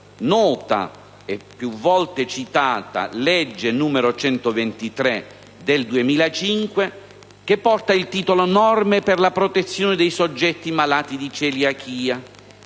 nota e più volte citata legge n. 123 del 2005 che porta il titolo «Norme per la protezione dei soggetti malati di celiachia»,